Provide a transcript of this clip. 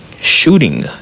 Shooting